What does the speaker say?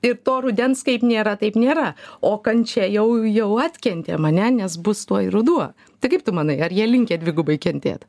ir to rudens kaip nėra taip nėra o kančia jau jau atkentėm ane nes bus tuoj ruduo tai kaip tu manai ar jie linkę dvigubai kentėt